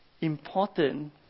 important